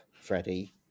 Freddie